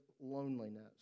loneliness